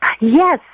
Yes